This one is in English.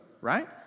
right